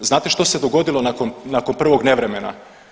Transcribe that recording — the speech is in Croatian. Znate što se dogodilo nakon prvog nevremena?